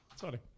Sorry